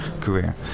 career